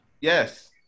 Yes